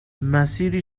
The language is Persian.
مسیری